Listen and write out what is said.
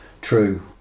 True